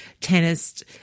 tennis